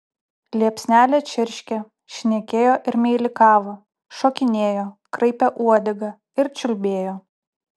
liepsnelė čirškė šnekėjo ir meilikavo šokinėjo kraipė uodegą ir čiulbėjo